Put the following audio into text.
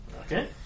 okay